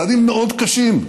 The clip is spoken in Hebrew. צעדים מאוד קשים,